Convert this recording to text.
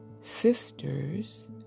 Sisters